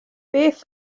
beth